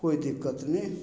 कोइ दिक्कत नहि